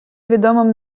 відомим